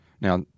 Now